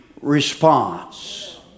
response